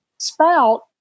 spout